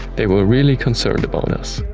they were really concerned about us.